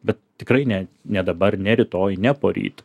bet tikrai ne ne dabar ne rytoj ne poryt